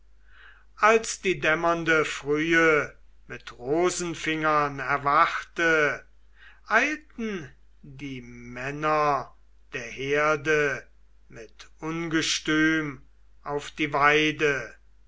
als die dämmernde frühe mit rosenfingern erwachte eilten die männer der herde mit ungestüm auf die weide